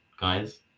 guys